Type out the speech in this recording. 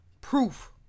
proof